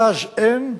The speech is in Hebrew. גז אין,